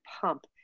pump